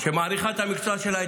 שמעריכה את המקצוע שלה,